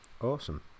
awesome